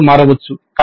వివరాలు మారవచ్చు